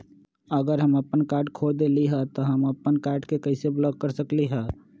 अगर हम अपन कार्ड खो देली ह त हम अपन कार्ड के कैसे ब्लॉक कर सकली ह?